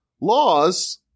laws